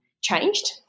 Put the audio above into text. changed